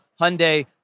Hyundai